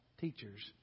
teachers